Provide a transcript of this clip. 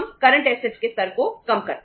are O I के स्तर को कम करते हैं